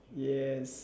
yes